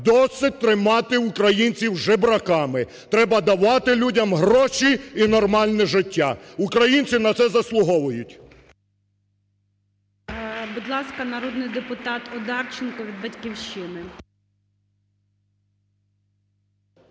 Досить тримати українців жебраками, треба давати людям гроші і нормальне життя, українці на це заслуговують. ГОЛОВУЮЧИЙ. Будь ласка, народний депутат Одарченко від "Батьківщини".